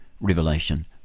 revelation